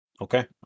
Okay